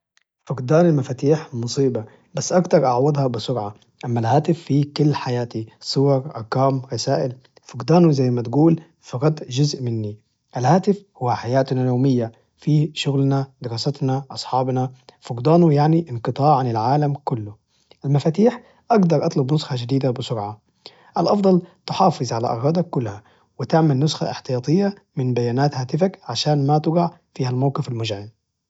فقدان المفاتيح مصيبة، بس أقدر أعوضها بسرعة، أما الهاتف فيه كل حياتي صور، أرقام، رسائل، فقدانه زي ما تقول فقد جزء مني، الهاتف هو حياتنا اليومية فيه شغلنا، دراستنا، أصحابنا، فقدانه يعني انقطاع عن العالم كله، المفاتيح أقدر أطلب نسخة جديدة بسرعة، الأفضل تحافظ على أغراضك كلها، وتعمل نسخة احتياطية من بيانات هاتفك عشان ما توقع في هالموقف الموجع.